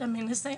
את מנסה